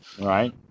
Right